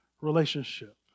relationship